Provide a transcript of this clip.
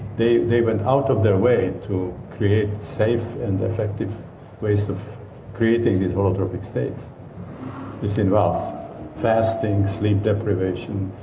they they went out of their way to create safe and effective ways of creating these holotropic states this involves fasting, sleep deprivation,